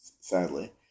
sadly